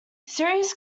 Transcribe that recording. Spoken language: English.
serious